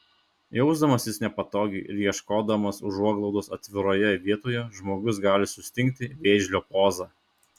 jausdamasis nepatogiai ir ieškodamas užuoglaudos atviroje vietoje žmogus gali sustingti vėžlio poza